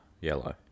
yellow